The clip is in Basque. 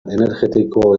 energetiko